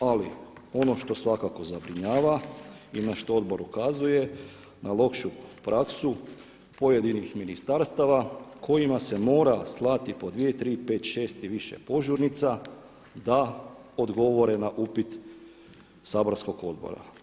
Ali ono što svakako zabrinjava i na što odbor ukazuje na lošu praksu pojedinih ministarstava kojima se mora slati po 2, 3, 5, 6 i više požurnica da odgovore na upit saborskog odbora.